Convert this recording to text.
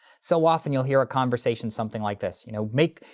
so often you'll hear a conversation something like this. you know make,